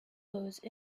those